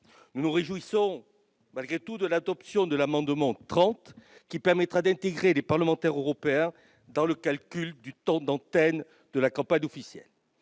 Nous nous réjouissons malgré tout de l'adoption de l'amendement n° 30 rectifié, qui permettra d'intégrer les parlementaires européens dans le calcul du temps d'antenne de la campagne officielle.